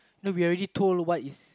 we're already told what is